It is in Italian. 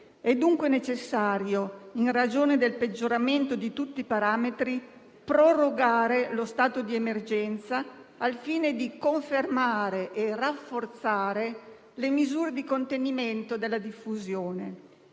È dunque necessario, in ragione del peggioramento di tutti i parametri, prorogare lo stato di emergenza, al fine di confermare e rafforzare le misure di contenimento della diffusione.